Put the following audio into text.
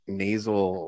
nasal